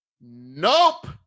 Nope